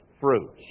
fruits